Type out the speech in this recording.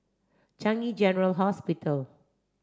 Changi General Hospital